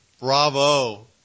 Bravo